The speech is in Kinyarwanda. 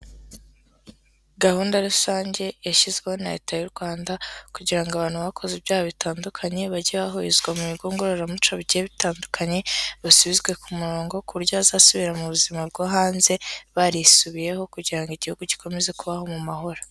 Gahunda rusange yashyizweho na Leta y'u Rwanda kugira ngo abantu bakoze ibyaha bitandukanye, bajye bahurizwa mu bigo ngororamuco bigiye bitandukanye, basubizwe ku murongo ku buryo bazasubira mu buzima bwo hanze barisubiyeho kugira ngo Igihugu gikomeze kubaho mu mahoro.